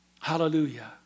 Hallelujah